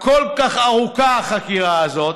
כל כך ארוכה, החקירה הזאת,